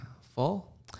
fall